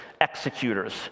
executors